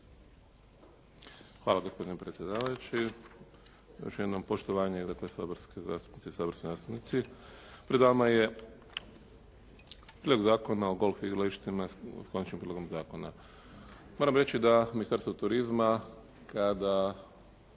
Hvala gospodine predsjedavajući. Još jednom poštovanje saborske zastupnice i saborski zastupnici. Pred vama je Prijedlog zakona o golf igralištima s Konačnim prijedlogom zakona. Moram reći da Ministarstvo turizma kada